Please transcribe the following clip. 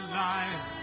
life